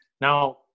Now